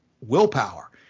willpower